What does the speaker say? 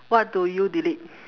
what do you delete